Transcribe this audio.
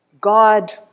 God